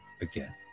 Again